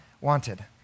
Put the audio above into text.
wanted